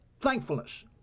thankfulness